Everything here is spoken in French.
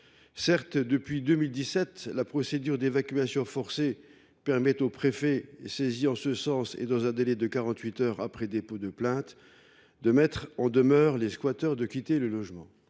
Certes, depuis 2017, la procédure d’évacuation forcée permet aux préfets, saisis en ce sens et dans un délai de quarante huit heures après le dépôt de plainte, de mettre en demeure les squatteurs de quitter le logement.